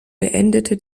beendete